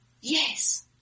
yes